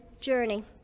journey